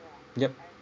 yup